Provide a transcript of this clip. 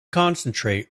concentrate